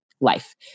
life